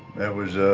that was,